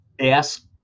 ask